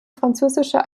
französische